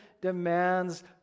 demands